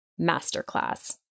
masterclass